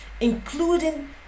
including